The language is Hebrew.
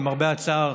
למרבה הצער,